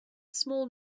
small